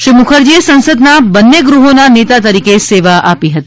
શ્રી મુખર્જીએ સંસદના બંને ગૃહ્ળના નેતા તરીકે સેવા આપી હતી